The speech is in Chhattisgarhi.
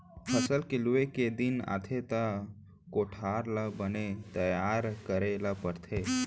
फसल के लूए के दिन आथे त कोठार ल बने तइयार करे ल परथे